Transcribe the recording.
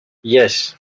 yes